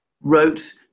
wrote